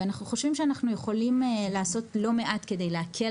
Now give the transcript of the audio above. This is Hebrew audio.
ואנחנו חושבים שאנחנו יכולים לעשות לא מעט כדי להקל